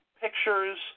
pictures